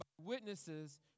witnesses